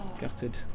gutted